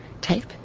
tape